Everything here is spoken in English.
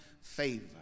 favor